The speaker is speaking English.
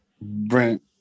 Brent